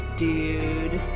dude